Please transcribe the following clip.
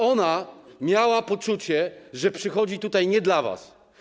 Ona miała poczucie, że przychodzi tutaj nie dla was.